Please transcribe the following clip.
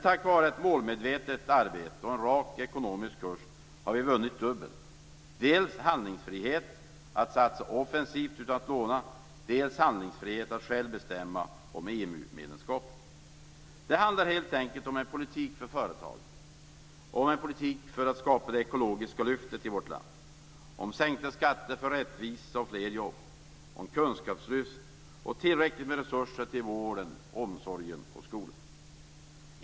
Tack vare ett målmedvetet arbete och en rak ekonomisk kurs har vi vunnit dubbelt - dels handlingsfrihet att satsa offensivt utan att låna, dels handlingsfrihet att själva bestämma om Det handlar helt enkelt om en politik för företagande, för att skapa det ekologiska lyftet i vårt land, sänkta skatter för rättvisa och fler jobb, kunskapslyft och tillräckliga resurser till vården, omsorgen och skolan.